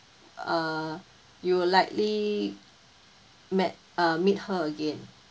uh you would likely met uh meet her again